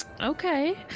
Okay